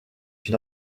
une